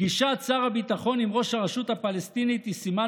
פגישת שר הביטחון עם ראש הרשות הפלסטינית היא סימן